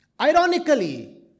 ironically